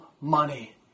money